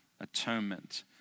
atonement